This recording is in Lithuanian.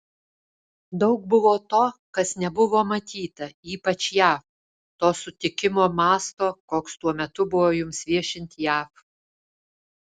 daug buvo to kas nebuvo matyta ypač jav to sutikimo masto koks tuo metu buvo jums viešint jav